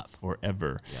forever